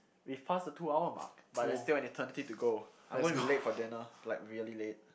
we've passed the two hour mark but there's still an eternity to go I'm gonna be late for dinner like really late